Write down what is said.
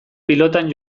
pilotan